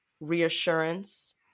reassurance